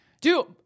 Dude